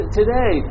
today